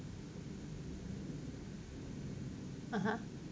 (uh huh)